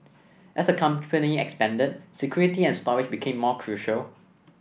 as the company expanded security and storage became more crucial